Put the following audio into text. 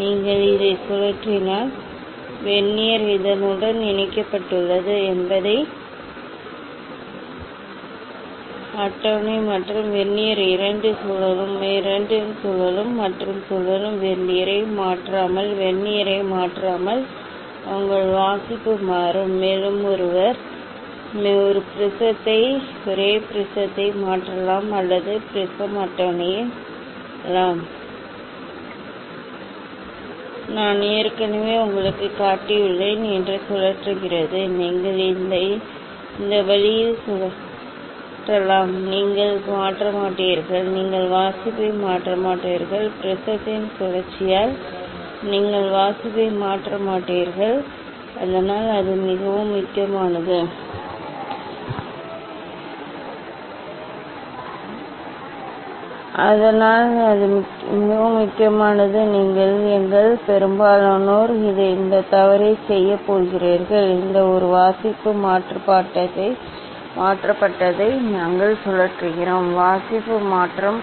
நீங்கள் இதை சுழற்றினால் வெர்னியர் இதனுடன் இணைக்கப்பட்டுள்ளதா எனவே ப்ரிஸம் அட்டவணை மற்றும் வெர்னியர் இரண்டும் சுழலும் இரண்டும் சுழலும் மற்றும் சுழலும் வெர்னியரை மாற்றாமல் வெர்னியரை மாற்றாமல் உங்கள் வாசிப்பு மாறும் மேலும் ஒருவர் ஒரே ப்ரிஸத்தை மாற்றலாம் அல்லது ப்ரிஸம் அட்டவணை மட்டுமே நான் ஏற்கனவே உங்களுக்குக் காட்டியுள்ளேன் என்று சுழற்றுகிறது நீங்கள் இதை இந்த வழியில் சுழற்றலாம் நீங்கள் மாற்ற மாட்டீர்கள் நீங்கள் வாசிப்பை மாற்ற மாட்டீர்கள் ப்ரிஸத்தின் சுழற்சியால் நீங்கள் வாசிப்பை மாற்ற மாட்டீர்கள் அதனால் அது மிகவும் முக்கியமானது நீங்கள் எங்களில் பெரும்பாலோர் இந்த தவறைச் செய்யப் போகிறீர்கள் இந்த ஒரு வாசிப்பு மாற்றப்பட்டதை நாங்கள் சுழற்றுகிறோம் வாசிப்பு மாற்றம்